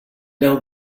know